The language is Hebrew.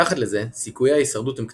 מתחת לזה סיכויי ההישרדות הם קטנים.